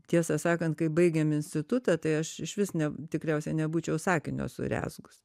tiesą sakant kai baigėm institutą tai aš išvis ne tikriausiai nebūčiau sakinio surezgus